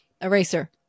Eraser